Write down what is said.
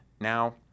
Now